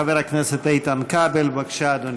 חבר הכנסת איתן כבל, בבקשה, אדוני.